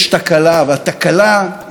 התקלה היא הבניין הזה,